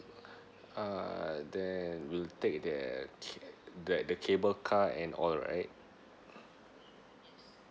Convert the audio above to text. uh then we'll take the ca~ the the cable car and all right